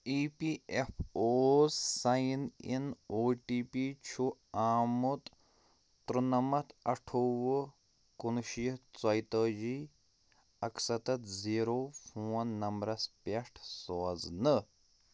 E P F O sign in O T P چھُ آمُت تُرنَمتھ اَٹھووُہ کُنشیٖتھ ژۄیہِ تٲجی اَکسَتَتھ زیٖرو فون نمبرَس پٮ۪ٹھ سوزنہٕ